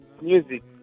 music